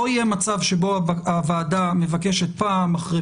לא יהיה מצב שבו הוועדה מבקשת פעם אחרי